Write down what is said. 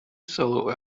solo